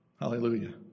Hallelujah